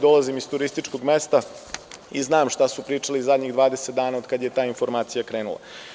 Dolazim iz turističkog mesta i znam šta su pričali zadnjih 20 dana od kada je ta informacija krenula.